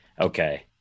okay